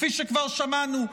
כפי שכבר שמענו,